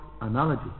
analogy